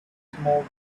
smoke